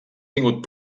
tingut